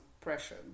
pressure